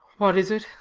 what is it?